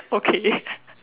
okay